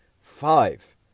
five